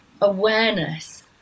awareness